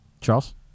Charles